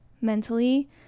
mentally